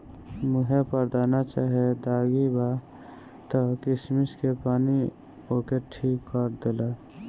मुहे पर दाना चाहे दागी बा त किशमिश के पानी ओके ठीक कर देला